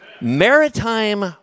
Maritime